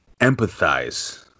empathize